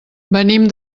venim